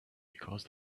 because